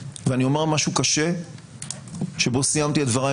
ואני אומר משהו קשה שבו סיימתי את דבריי